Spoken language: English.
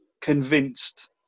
convinced